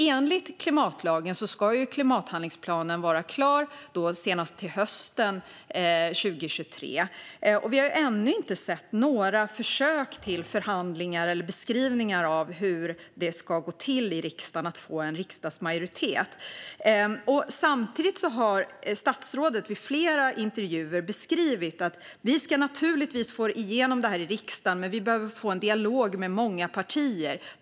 Enligt klimatlagen ska klimathandlingsplanen nämligen vara klar senast till hösten 2023, och vi har ännu inte sett några försök till förhandlingar eller beskrivningar av hur det ska gå till att få en majoritet i riksdagen. Statsrådet har dock i intervjuer beskrivit att man naturligtvis ska få igenom detta i riksdagen men att man behöver få till en dialog med många partier.